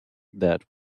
that